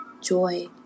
joy